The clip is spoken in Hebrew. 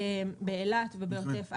אילת ועוטף עזה.